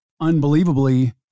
unbelievably